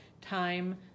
time